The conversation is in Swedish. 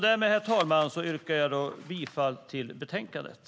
Därmed, herr talman, yrkar jag bifall till förslaget i betänkandet.